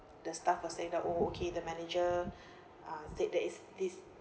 the staff are saying oh okay the manager um said there is this